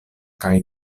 kaj